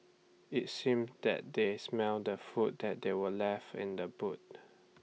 IT seemed that they had smelt the food that were left in the boot